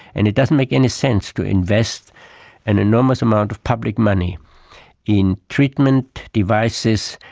and it doesn't make any sense to invest an enormous amount of public money in treatment, devices,